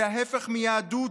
זה ההפך מיהדות.